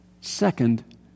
Second